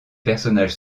personnages